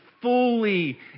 fully